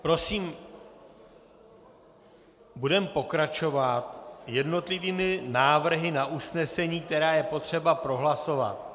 Prosím budeme pokračovat jednotlivými návrhy na usnesení, které je potřeba prohlasovat.